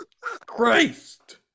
Christ